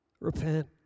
Repent